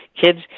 kids